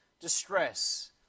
distress